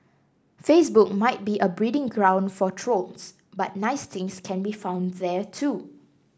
Facebook might be a breeding ground for trolls but nice things can be found there too